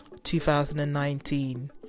2019